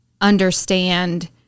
understand